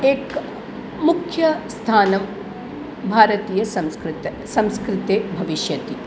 एकं मुख्यं स्थानं भारतीयसंस्कृते संस्कृतेः भविष्यति